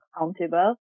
accountable